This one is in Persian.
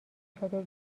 چادر